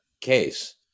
case